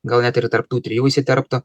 gal net ir tarp tų trijų įsiterptų